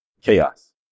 Chaos